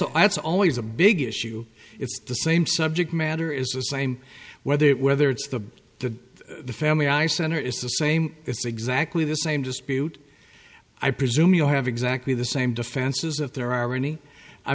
it's always a big issue it's the same subject matter is the same whether it whether it's the the the family i center is the same it's exactly the same dispute i presume you have exactly the same defenses if there are any i